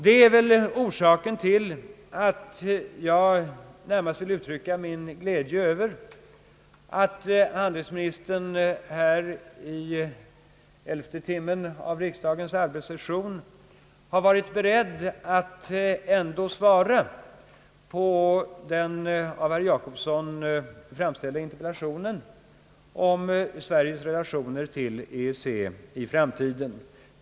Detta är orsaken till att jag närmast vill uttrycka min glädje över att handelsministern här i elfte timmen av riksdagens vårsession har varit beredd att ändå svara på den av herr Jacobsson framställda interpellationen om Sveriges relationer till EEC i framtiden.